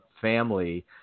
family